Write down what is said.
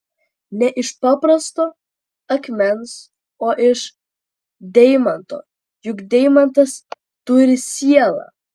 ne iš paprasto akmens o iš deimanto juk deimantas turi sielą